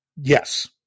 yes